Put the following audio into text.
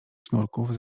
sznurków